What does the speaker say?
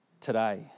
today